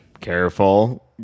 Careful